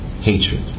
hatred